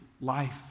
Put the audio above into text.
life